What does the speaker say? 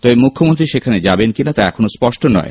তবে মুখ্যমন্ত্রী সেখানে যাবেন কি না তা এখনও স্পষ্ট নয়